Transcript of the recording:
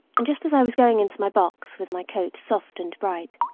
and just as i was going into my box, with my coat soft and bright,